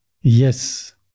Yes